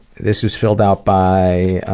this is filled out by